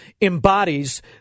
embodies